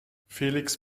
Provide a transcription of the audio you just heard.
felix